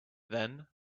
then